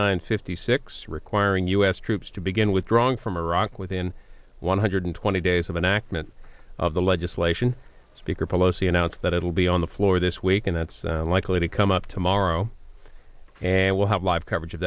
nine fifty six requiring u s troops to begin withdrawing from iraq within one hundred twenty days of an accident of the legislation speaker pelosi announced that it will be on the floor this week and that's likely to come up tomorrow and we'll have live coverage of